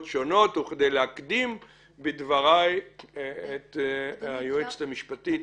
שונות וכדי להקדים את דברי היועצת המשפטית